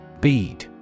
Bead